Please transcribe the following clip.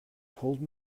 told